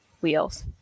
Wheels